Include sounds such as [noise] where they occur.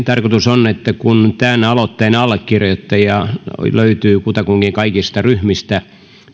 [unintelligible] tarkoitus on että kun tämän aloitteen allekirjoittajia löytyy kutakuinkin kaikista ryhmistä